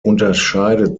unterscheidet